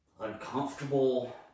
uncomfortable